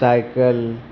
cycle